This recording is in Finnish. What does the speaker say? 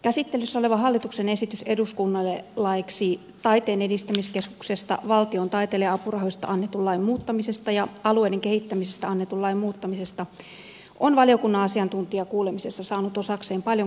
käsittelyssä oleva hallituksen esitys eduskunnalle laeiksi taiteen edistämiskeskuksesta valtion taiteilija apurahoista annetun lain muuttamisesta ja alueiden kehittämisestä annetun lain muuttamisesta on valiokunnan asiantuntijakuulemisessa saanut osakseen paljon kritiikkiä